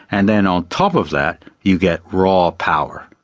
and then on top of that you get raw power,